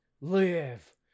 live